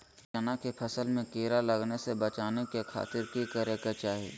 चना की फसल में कीड़ा लगने से बचाने के खातिर की करे के चाही?